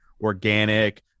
organic